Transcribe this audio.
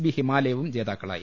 B ഹിമാലയവും ജേതാക്കളായി